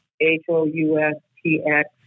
H-O-U-S-T-X